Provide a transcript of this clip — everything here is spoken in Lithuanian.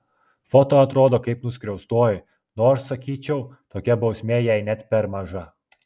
foto atrodo kaip nuskriaustoji nors sakyčiau tokia bausmė jai net per maža